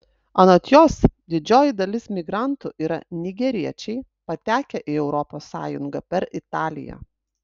anot jos didžioji dalis migrantų yra nigeriečiai patekę į europos sąjungą per italiją